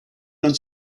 non